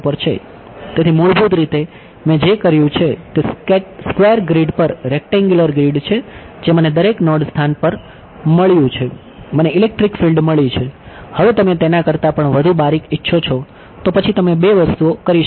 તેથી મૂળભૂત રીતે મેં જે કર્યું છે તે સ્ક્વેર મળી છે હવે તમે તેના કરતા પણ વધુ બારીક ઈચ્છો છો તો પછી તમે બે વસ્તુઓ કરી શકો છો